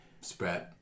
spread